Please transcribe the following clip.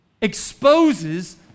exposes